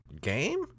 game